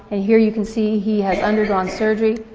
and here you can see he has undergone surgery,